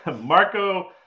Marco